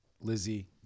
Lizzie